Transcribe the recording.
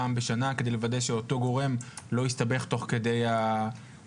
פעם בשנה כדי לוודא שאותו גורם לא יסתבך תוך כדי התהליך?